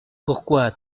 pourquoi